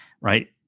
right